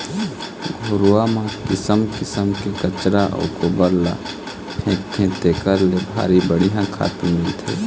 घुरूवा म किसम किसम के कचरा अउ गोबर ल फेकथे तेखर ले भारी बड़िहा खातू मिलथे